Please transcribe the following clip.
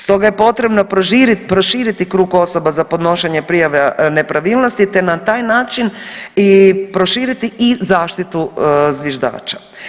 Stoga je potrebno proširiti krug osoba za podnošenje prijave nepravilnosti, te na taj način i proširiti zaštitu zviždača.